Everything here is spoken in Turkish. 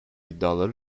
iddiaları